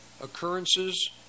occurrences